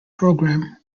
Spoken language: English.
programme